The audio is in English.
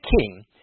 king